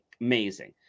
amazing